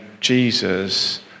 Jesus